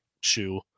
shoe